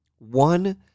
One